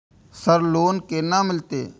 Sir loan केना मिलते?